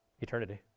eternity